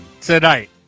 tonight